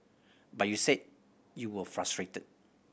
but you said you were frustrated